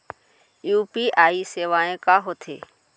UPI सेवाएं का होथे